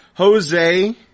Jose